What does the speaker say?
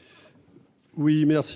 est à